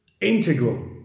Integral